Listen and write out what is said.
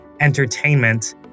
entertainment